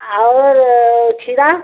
और खीरा